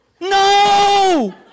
No